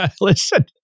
Listen